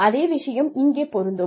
அதே விஷயம் இங்கே பொருந்தும்